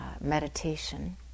meditation